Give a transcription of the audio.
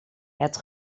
het